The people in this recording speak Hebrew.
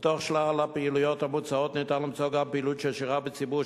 ובתוך שלל הפעילויות המוצעות ניתן למצוא גם פעילות של שירה בציבור,